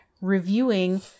reviewing